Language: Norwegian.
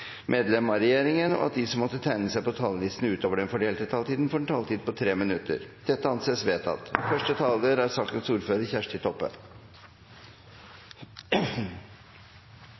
medlem av regjeringen innenfor den fordelte taletid, og at de som måtte tegne seg på talerlisten utover den fordelte taletid, får en taletid på inntil 3 minutter. – Det anses vedtatt.